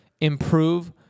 improve